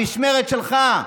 במשמרת שלך,